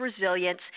resilience